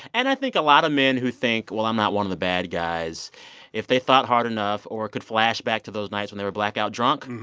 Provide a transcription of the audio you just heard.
and i think a lot of men who think, well, i'm not one of the bad guys if they thought hard enough or could flashback to those nights when they were blackout drunk,